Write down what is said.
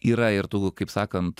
yra ir tų kaip sakant